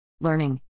Learning